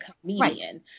comedian